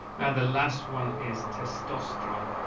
now the last one is testosterone.